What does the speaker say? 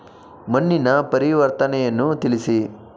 ಮಣ್ಣಿನ ಪರಿವರ್ತನೆಯನ್ನು ತಿಳಿಸಿ?